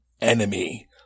enemy